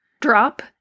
drop